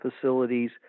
facilities